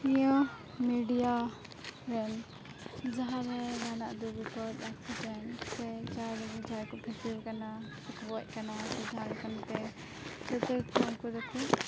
ᱱᱤᱭᱟᱹ ᱢᱤᱰᱤᱭᱟ ᱨᱮ ᱡᱟᱦᱟᱸᱨᱮ ᱡᱟᱦᱟᱱᱟᱜ ᱫᱩᱠ ᱵᱤᱯᱚᱫᱽ ᱮᱠᱥᱤᱰᱮᱱᱴ ᱥᱮ ᱡᱟᱦᱟᱸᱨᱮ ᱡᱟᱦᱟᱸᱭᱠᱚ ᱜᱚᱡ ᱠᱟᱱᱟ ᱜᱷᱟᱞᱟᱠᱟᱱᱛᱮ ᱡᱚᱛᱚᱜᱮ ᱠᱚ ᱩᱱᱠᱩ ᱫᱚᱠᱚ